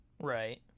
Right